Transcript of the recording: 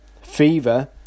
fever